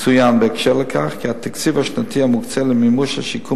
יצוין בהקשר זה כי התקציב השנתי המוקצה למימוש השיקום